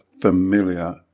familiar